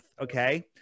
okay